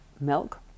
milk